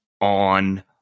on